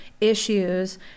issues